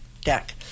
deck